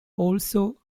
also